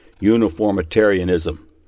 uniformitarianism